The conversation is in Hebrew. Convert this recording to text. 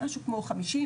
משהו כמו 50,